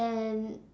and